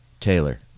Taylor